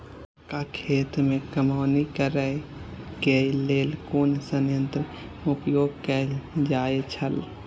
मक्का खेत में कमौनी करेय केय लेल कुन संयंत्र उपयोग कैल जाए छल?